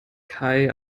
kai